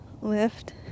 lift